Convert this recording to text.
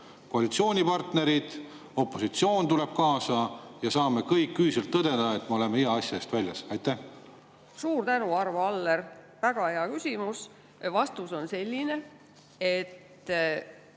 koalitsioonipartnerid, opositsioon tuleb kaasa – ja saame kõik ühiselt tõdeda, et me oleme hea asja eest väljas. Suur tänu, Arvo Aller! Väga hea küsimus. Vastus on selline, et